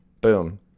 Boom